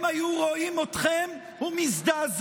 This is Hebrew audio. הם היו רואים אתכם ומזדעזעים.